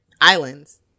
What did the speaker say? islands